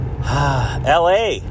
LA